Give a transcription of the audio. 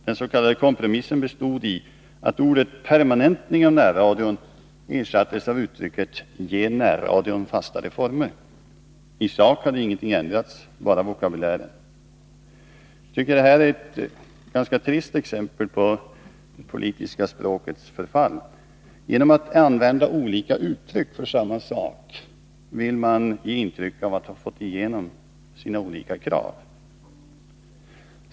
Den s.k. kompromissen bestod i att orden ”permanentning av närradion” ersattes av uttrycket ”ge närradion fastare former”. I sak hade ingenting ändrats — bara vokabulären. Detta är ett ganska trist exempel på det politiska språkets förfall. Genom att använda olika uttryck för samma sak vill man ge intryck av att ha fått igenom sina olika krav.